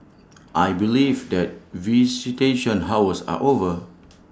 I believe that visitation hours are over